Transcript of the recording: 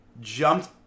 jumped